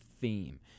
theme